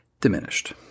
diminished